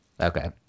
okay